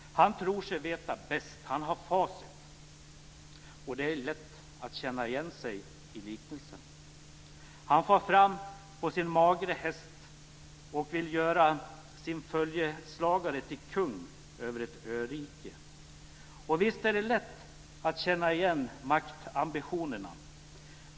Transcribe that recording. Han tror sig veta bäst, och han har facit. Det är lätt att känna igen sig i liknelsen. Han far fram på sin magra häst och vill göra sin följeslagare till kung över ett örike. Visst är det lätt att känna igen maktambitionerna.